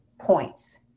points